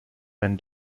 when